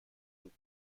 بود